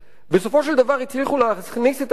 בסופו של דבר הצליחו להכניס את המזנון,